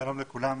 שלום לכולם,